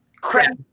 crap